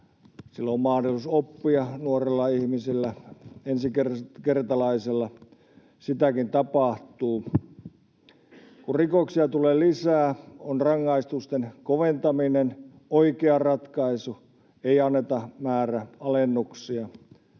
Silloin on mahdollisuus oppia nuorella ihmisellä, ensikertalaisella — sitäkin tapahtuu. Kun rikoksia tulee lisää, on rangaistusten koventaminen oikea ratkaisu. Ei anneta määräalennuksia.